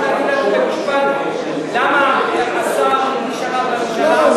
משפט: למה השר, בממשלה בעד המשתמטים?